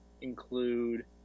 include